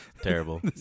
Terrible